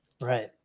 Right